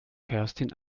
kerstin